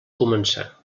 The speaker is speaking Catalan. començar